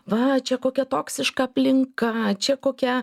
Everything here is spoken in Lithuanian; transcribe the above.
va čia kokia toksiška aplinka čia kokia